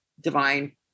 divine